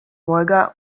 wolga